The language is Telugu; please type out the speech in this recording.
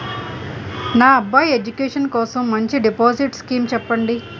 నా అబ్బాయి ఎడ్యుకేషన్ కోసం మంచి డిపాజిట్ స్కీం చెప్పండి